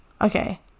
okay